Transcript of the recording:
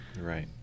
Right